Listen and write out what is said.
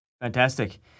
Fantastic